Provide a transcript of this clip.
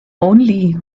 only